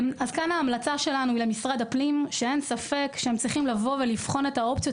ההמלצה שלנו למשרד הפנים היא שהם צריכים לבחון את האופציות